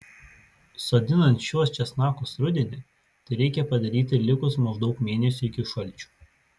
sodinant šiuos česnakus rudenį tai reikia padaryti likus maždaug mėnesiui iki šalčių